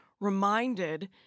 reminded